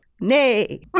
Nay